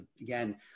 again